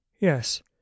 yes